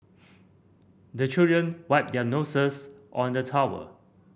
the children wipe their noses on the towel